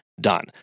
done